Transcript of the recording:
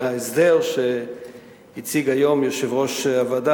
וההסדר שהציג היום יושב-ראש הוועדה,